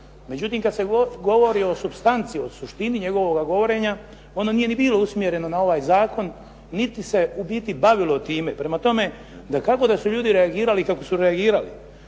Međutim, kad se govori o supstanci, o suštini njegovoga govorenja ono nije ni bilo usmjereno na ovaj zakon niti se u biti bavilo time. Prema tome, dakako da su ljudi reagirali kako su reagirali